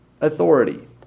authority